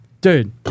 Dude